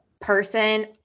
person